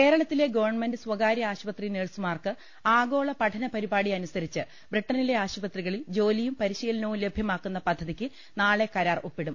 കേരളത്തിലെ ഗവൺമെന്റ് സ്വകാര്യ ആശുപത്രി നഴ്സുമാർക്ക് ആഗോള പഠന പരിപാടിയനുസരിച്ച് ബ്രിട്ടണിലെ ആശുപത്രികളിൽ ജോലിയും പരിശീലനവും ലഭ്യമാക്കുന്ന പദ്ധതിക്ക് നാളെ കരാർ ഒപ്പി ടും